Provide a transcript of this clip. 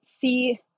see